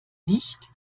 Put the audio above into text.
nicht